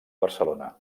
barcelona